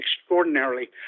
extraordinarily